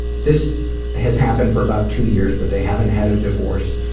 this has happened for about two years but they haven't had a divorce